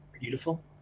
beautiful